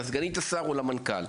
לסגנית השר או למנכ"ל.